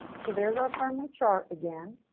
so there's our friendly chart again.